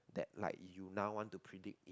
that like you now want to predict it